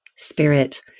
spirit